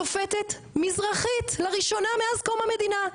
שופטת מזרחית לראשונה מאז קום המדינה,